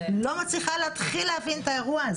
לא מצליחה להתחיל להבין את האירוע הזה.